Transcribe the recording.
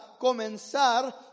comenzar